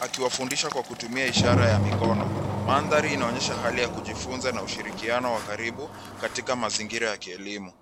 akiwafundisha kwa kutumia ishara ya mikono. Mandhari inaonyesha hali ya kujifunza na ushirikiano wa karibu katika mazingira ya kielimu.